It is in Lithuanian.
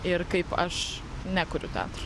ir kaip aš nekuriu teatro